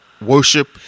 worship